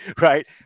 right